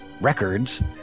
records